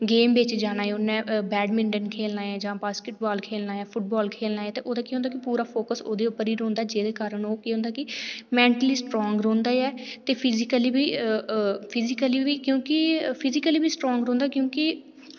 game बिच जाना जां उ'नै बैडमिंटन खेलना ऐ जां बास्केट बाल खेलना ऐ जां फुटबाल खेलना ऐ ते ओह्दा के होंदा कि पूरा फोकस ओह्दे उप्पर ही रौंह्दा जेह्दे कारण ओह् के होंदा कि मैन्टली स्ट्रांग रौंह्दा ऐ ते फिजिकली बी फिजिकली बी क्यूंकि फिजिकली बी स्ट्रांग रौंह्दा क्यूंकि